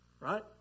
right